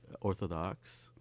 Orthodox